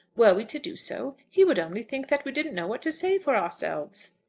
were we to do so, he would only think that we didn't know what to say for ourselves.